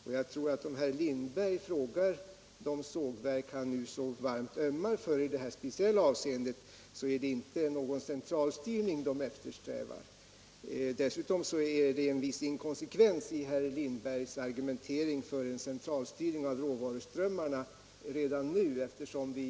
Om herr Lindberg frågar de sågverk han ömmar för i detta speciella avseende, så skall han finna att det inte är någon centralstyrning de eftersträvar. Dessutom finns det en viss inkonsekvens i herr Lindbergs argumentering för en centralstyrning av råvaruströmmarna redan nu.